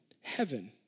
heaven